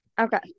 Okay